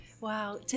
Wow